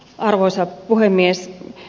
arvoisa puhemies